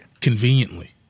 Conveniently